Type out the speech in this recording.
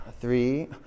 three